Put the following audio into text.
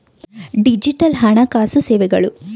digital ಹಣಕಾಸು ಸೇವೆಗಳು